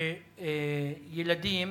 שילדים,